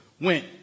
went